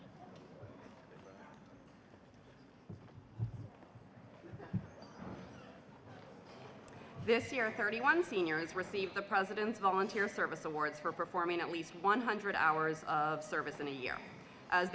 thank this year thirty one sr has received the president's volunteer service awards for performing at least one hundred hours of service in a year